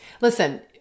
Listen